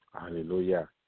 Hallelujah